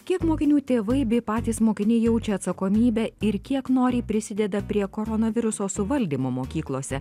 kiek mokinių tėvai bei patys mokiniai jaučia atsakomybę ir kiek noriai prisideda prie koronaviruso suvaldymo mokyklose